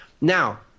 now